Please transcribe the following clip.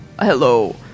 hello